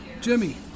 Jimmy